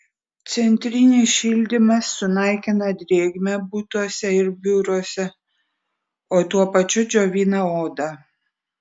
centrinis šildymas sunaikina drėgmę butuose ir biuruose o tuo pačiu džiovina odą